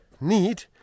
need